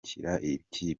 kipe